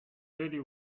really